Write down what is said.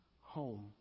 home